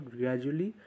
gradually